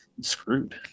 screwed